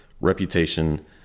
reputation